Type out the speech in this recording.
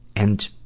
and,